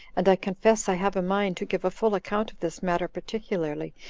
and i confess i have a mind to give a full account of this matter particularly,